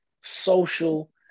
social